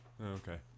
Okay